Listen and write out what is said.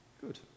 Good